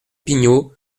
pigno